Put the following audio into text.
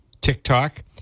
TikTok